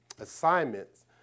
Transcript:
assignments